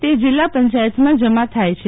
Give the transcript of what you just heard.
તે જિલ્લા પંચાયતમાં જમા થાય છે